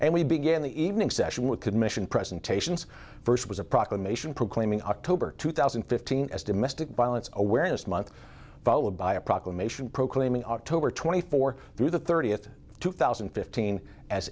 and we began the evening session with commission presentations first was a proclamation proclaiming october two thousand and fifteen as domestic violence awareness month followed by a proclamation proclaiming october twenty four through the thirtieth two thousand and fifteen as